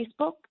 Facebook